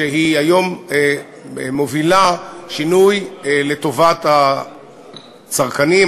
שהיא היום מובילה שינוי לטובת הצרכנים,